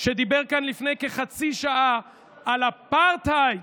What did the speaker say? שדיבר כאן לפני כחצי שעה על אפרטהייד.